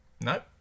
Nope